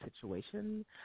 situation